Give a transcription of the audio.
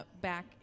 back